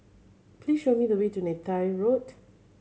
please show me the way to Neythai Road